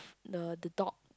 the the dog